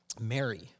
Mary